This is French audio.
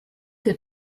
que